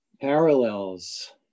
parallels